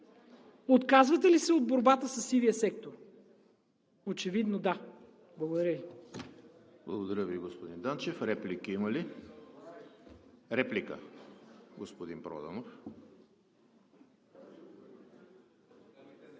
Отказвате ли се от борбата със сивия сектор? Очевидно да! Благодаря Ви.